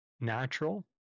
natural